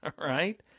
Right